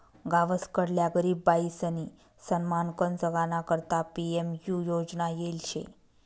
गावसकडल्या गरीब बायीसनी सन्मानकन जगाना करता पी.एम.यु योजना येल शे